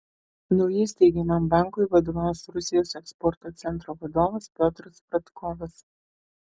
naujai steigiamam bankui vadovaus rusijos eksporto centro vadovas piotras fradkovas